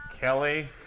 Kelly